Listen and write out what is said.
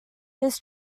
his